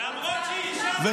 למרות שהיא אישה,